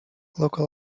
local